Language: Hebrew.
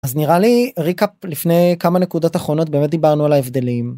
אז נראה לי ריקאפ לפני כמה נקודות אחרונות באמת דיברנו על ההבדלים.